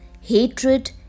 hatred